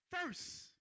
first